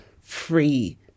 free